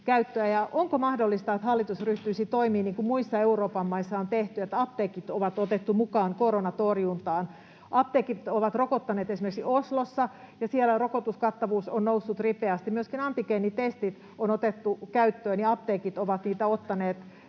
Onko mahdollista, että hallitus ryhtyisi toimiin, niin kuin muissa Euroopan maissa on tehty, että apteekit on otettu mukaan koronan torjuntaan? Apteekit ovat rokottaneet esimerkiksi Oslossa, ja siellä rokotuskattavuus on noussut ripeästi. Myöskin antigeenitestit on otettu käyttöön, ja apteekit ovat niitä ottaneet,